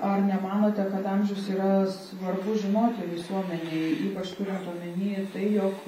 ar nemanote kad amžius yra svarbu žinoti visuomenei ypač turint omeny ir tai jog